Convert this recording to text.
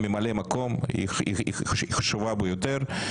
ממלא מקום, היא חשובה ביותר.